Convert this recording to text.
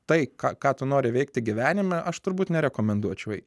tai ką ką tu nori veikti gyvenime aš turbūt nerekomenduočiau jei